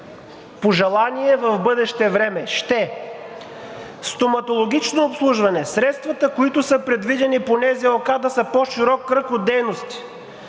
Пожелание в бъдеще време „ще“! Стоматологично обслужване. Средствата, които са предвидени по НЗОК да са по-широк кръг от дейности,